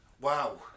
Wow